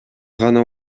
гана